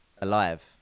Alive